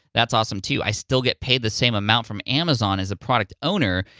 that's awesome, too. i still get paid the same amount from amazon as a product owner,